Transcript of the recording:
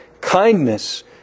kindness